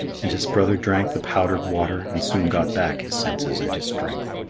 and his brother drank the powdered water and soon got back his senses and his strength.